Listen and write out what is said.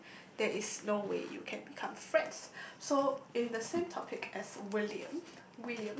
there is no way you can become friends so if the same topic as William William